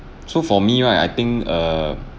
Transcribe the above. so for me right I think err